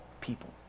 people